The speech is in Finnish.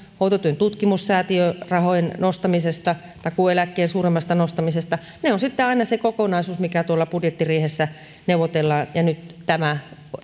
hoitotyön tutkimussäätiön rahojen nostamisesta takuueläkkeen suuremmasta nostamisesta ne ovat sitten aina se kokonaisuus mikä tuolla budjettiriihessä neuvotellaan ja nyt tämä